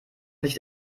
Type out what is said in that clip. nicht